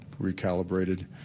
recalibrated